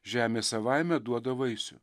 žemė savaime duoda vaisių